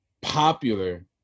popular